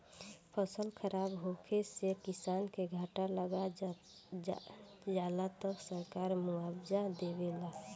फसल खराब होखे से किसान के घाटा लाग जाला त सरकार मुआबजा देवेला